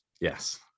Yes